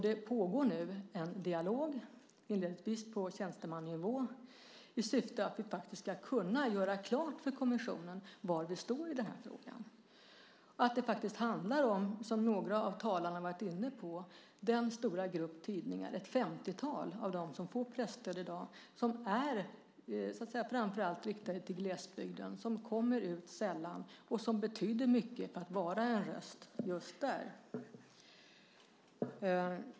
Det pågår nu en inledande dialog på tjänstemannanivå i syfte att göra klart för kommissionen var vi står i frågan. Det handlar om - som några av talarna har varit inne på - den stora grupp tidningar, ett femtiotal av dem som får presstöd i dag, som är riktade framför allt till glesbygden. De kommer ut sällan, och de betyder mycket som en röst just där.